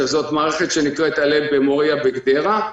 שזאת מערכת שנקראת "עלה מוריה" בגדרה.